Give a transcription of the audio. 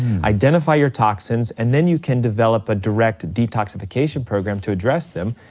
identify your toxins, and then you can develop a direct detoxification program to address them,